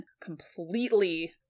completely